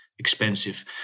Expensive